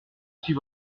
suis